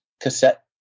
cassette